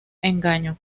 engaño